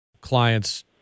clients